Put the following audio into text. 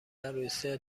عروسی